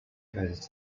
edit